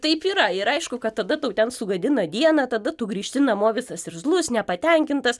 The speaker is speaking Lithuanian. taip yra ir aišku kad tada tau ten sugadina dieną tada tu grįžti namo visas irzlus nepatenkintas